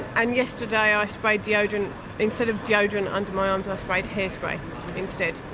and yesterday i ah sprayed deodorant instead of deodorant under my arms i sprayed hairspray instead.